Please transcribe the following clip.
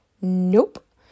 nope